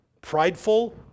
prideful